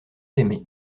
aimé